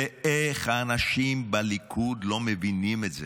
ואיך אנשים בליכוד לא מבינים את זה?